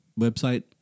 website